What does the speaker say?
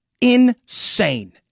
Insane